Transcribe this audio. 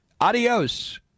Adios